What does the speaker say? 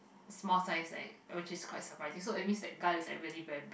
small size right where is quite surprise this also mean that guy is really bare